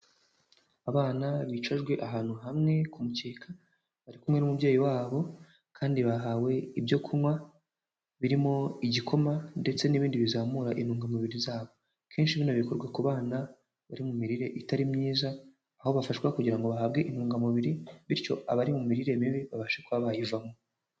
Abana bicajwe ahantu hamwe ku mukeka, bari kumwe n'umubyeyi wabo kandi bahawe ibyo kunywa birimo igikoma ndetse n'ibindi bizamura intungamubiri zabo, akenshi bino bikorwa ku bana bari mu mirire itari myiza, aho bafashwa kugira ngo bahabwe intungamubiri bityo abari mu mirire mibi babashe kuba bayivamo.